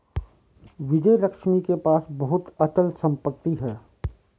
विजयलक्ष्मी के पास बहुत अचल संपत्ति है